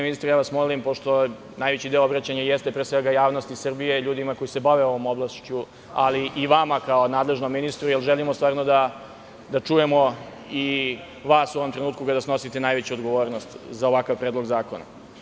Molim vas, ministre, pošto najveći deo obraćanja jeste ka javnosti Srbije i ljudima koji se bave ovom oblašću, ali i vama kao nadležnom ministru, jer želimo stvarno da i vas čujemo u ovom trenutku kada snosite najveću odgovornost za ovakav predlog zakona.